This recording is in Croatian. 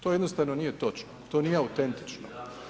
To jednostavno nije točno, to nije autentično.